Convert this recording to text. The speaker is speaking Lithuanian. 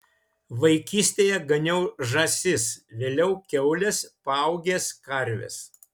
vaikystėje ganiau žąsis vėliau kiaules paaugęs karves